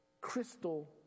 crystal